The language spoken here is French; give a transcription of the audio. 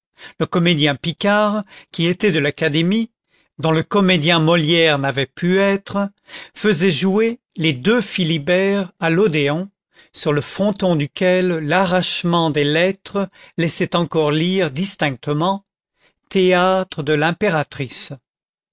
le comédien picard qui était de l'académie dont le comédien molière n'avait pu être faisait jouer les deux philibert à l'odéon sur le fronton duquel l'arrachement des lettres laissait encore lire distinctement théâtre de l'impératrice